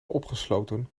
opgesloten